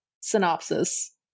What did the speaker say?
synopsis